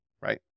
right